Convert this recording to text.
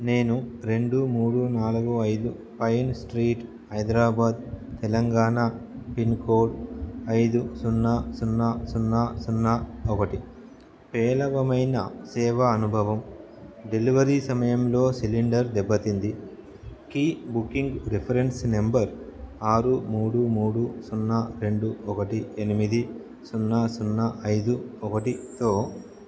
నేను రెండు మూడు నాలుగు ఐదు Pine Street Hyderabad Telangana pin code ఐదు సున్నా సున్నా సున్నా సున్నా ఒకటి పేలవమైన సేవా అనుభవం డెలివరీ సమయంలో సిలిండర్ దెబ్బతింది కి బుకింగ్ రిఫరెన్స్ నెంబర్ ఆరు మూడు మూడు సున్నా రెండు ఒకటి ఎనిమిది సున్నా సున్నా ఐదు ఒకటితో